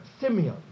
Simeon